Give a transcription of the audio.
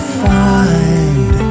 find